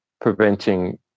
preventing